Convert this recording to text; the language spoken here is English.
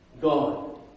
God